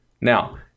Now